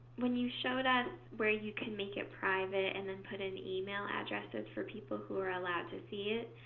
when you showed us where you can make it private and then put in email addresses for people who are allowed to see it,